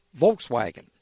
volkswagen